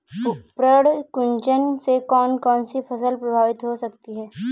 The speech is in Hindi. पर्ण कुंचन से कौन कौन सी फसल प्रभावित हो सकती है?